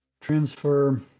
transfer